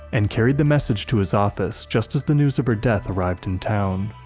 and carried the message to his office just as the news of her death arrived in town.